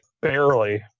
Barely